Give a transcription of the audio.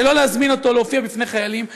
שלא להזמין אותו להופיע בפני חיילים,